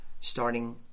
starting